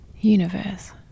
universe